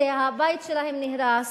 שהבית שלהם נהרס,